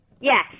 Yes